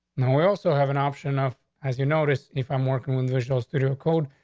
we also have an option of, as you notice, if i'm working with visual studio code,